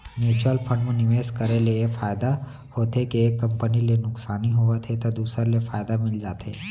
mutual fund म निवेस करे ले ए फायदा होथे के एक कंपनी ले नुकसानी होवत हे त दूसर ले फायदा मिल जाथे